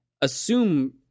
assume